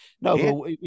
no